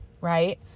right